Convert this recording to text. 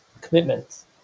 commitments